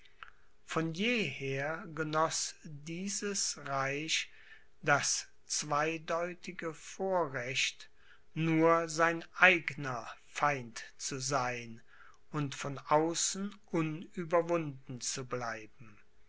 von jeher genoß dieses reich das zweideutige vorrecht nur sein eigner feind zu sein und von außen unüberwunden zu bleiben